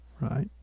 right